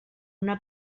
una